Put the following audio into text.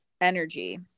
energy